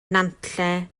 nantlle